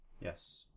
Yes